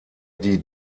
die